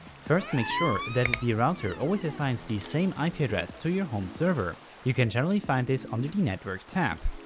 first, make sure that the router always assigns the same ip address to your home server. you can generally find this under the network tab.